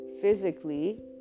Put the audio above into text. physically